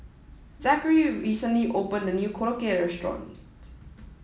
Zackary recently opened a new Korokke restaurant